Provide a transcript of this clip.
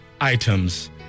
items